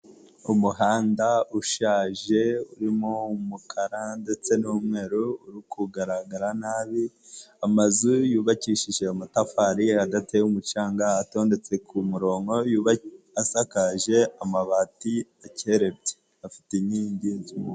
Umuhanda ushaje, urimo umukara ndetse n'umweru uri kugaragara nabi. Amazu yubakishije amatafari, adateye umucanga, atondetse kumurongo, asakaje amabati akererebye. Afite inkingi z'umuhondo.